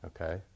Okay